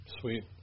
Sweet